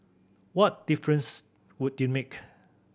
what difference would it make